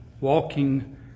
walking